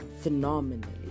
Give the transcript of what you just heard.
phenomenally